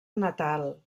natal